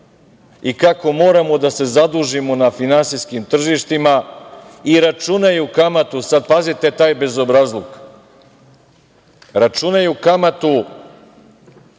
i kako moramo da se zadužimo na finansijskim tržištima i računaju kamatu, sada pazite taj bezobrazluk, računaju kamatu